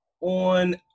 on